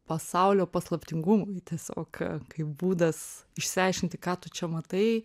pasaulio paslaptingumui tiesiog kaip būdas išsiaiškinti ką tu čia matai